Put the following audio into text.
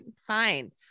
fine